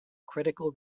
critical